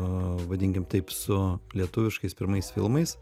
vadinkim taip su lietuviškais pirmais filmais